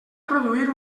produir